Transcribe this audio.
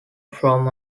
from